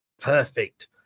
Perfect